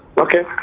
okay.